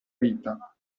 vita